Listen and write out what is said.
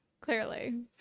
Clearly